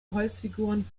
holzfiguren